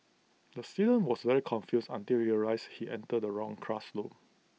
the student was very confused until he realised he entered the wrong classroom